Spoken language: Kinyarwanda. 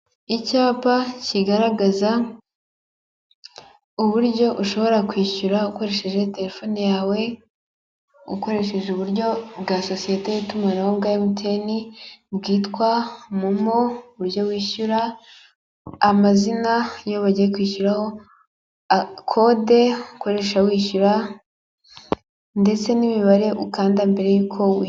Icyapa kigaragaza uburyo ushobora kwishyura ukoresheje telefone yawe, ukoresheje uburyo bwa sosiyete y'itumanaho bwa Emutiyene bwitwa momo uburyo wishyura, amazina yo bagiye kwishyuraho, kode ukoresha wishyura ndetse n'imibare ukanda mbere yuko wi...